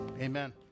Amen